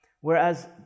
Whereas